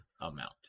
amount